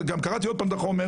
גם קראתי עוד פעם את החומר,